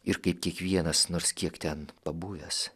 ir kaip kiekvienas nors kiek ten pabuvęs